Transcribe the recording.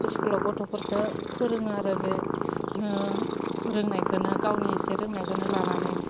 इस्कुलाव गथ'फोरखौ फोरोङो आरो बे रोंनायखौनो गावनि एसे रोंनायखौनो लानानै